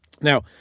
Now